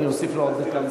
אני אוסיף לו עוד דקה.